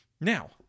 Now